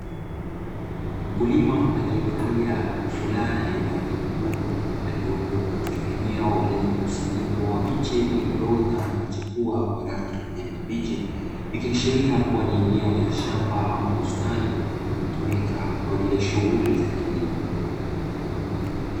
Mkulima aliyevalia fulana yenye rangi nyekundu, aliyopo katika eneo lenye mkusanyiko wa miche iliyoota na kuchipua kwa rangi ya kijani kibichi, ikiashiria kuwa ni eneo la shamba ama bustani linalotumika kwa ajili ya shughuli za kilimo.